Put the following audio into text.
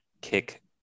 kick